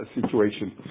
situation